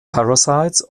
parasites